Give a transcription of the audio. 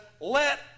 let